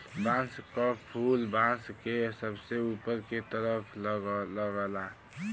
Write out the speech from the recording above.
बांस क फुल बांस के सबसे ऊपर के तरफ लगला